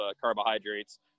carbohydrates